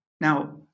Now